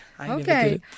okay